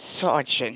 sergeant